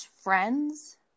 friends